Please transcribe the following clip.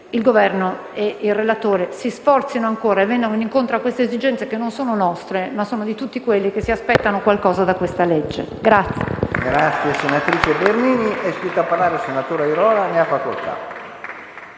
il Governo e il relatore si sforzino ancora di venire incontro a queste esigenze, che non sono nostre ma di tutti quelli che si aspettano qualcosa da questa legge.